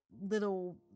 little